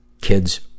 kids